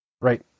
Right